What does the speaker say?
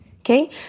Okay